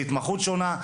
זו התמחות שונה,